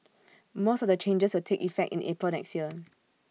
most of the changes will take effect in April next year